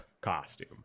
costume